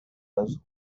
does